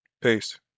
Peace